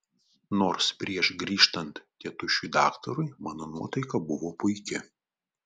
nors prieš grįžtant tėtušiui daktarui mano nuotaika buvo puiki